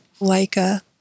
Leica